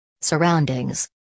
Surroundings